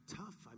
tough